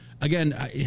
Again